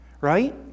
right